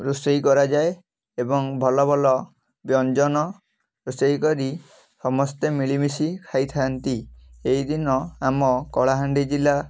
ରୋଷେଇ କରାଯାଏ ଏବଂ ଭଲ ଭଲ ବ୍ୟଞ୍ଜନ ରୋଷେଇ କରି ସମସ୍ତେ ମିଳିମିଶି ଖାଇଥାନ୍ତି ଏହିଦିନ ଆମ କଳାହାଣ୍ଡି ଜିଲ୍ଲା